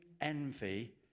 envy